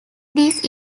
these